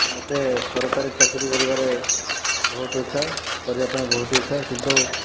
ମୋତେ ସରକାରୀ ଚାକିରୀ କରିବାରେ ବହୁତ ଇଚ୍ଛା କରିବା ପାଇଁ ବହୁତ ଇଚ୍ଛା କିନ୍ତୁ